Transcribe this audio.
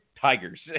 tigers